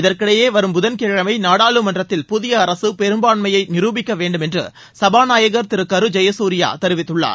இதற்கிடையே வரும் புதன்கிழமை நாடாளுமன்றத்தில் புதிய அரசு பெரும்பான்மையை நிரூபிக்க வேண்டும் என்று சபாநாயகர் திரு கரு ஜெயசூர்யா தெரிவித்துள்ளார்